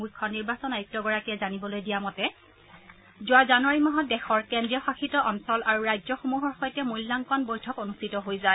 মুখ্য নিৰ্বাচন আয়ুক্তগৰাকীয়ে জনিবলৈ দিয়া মতে যোৱা জানুৱাৰী মাহত দেশৰ ৰাজ্য আৰু কেন্দ্ৰীয় শাসিত অঞ্চলসমূহৰ সৈতে মূল্যাংকন বৈঠক অনুষ্ঠিত হৈ যায়